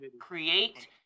create